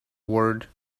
word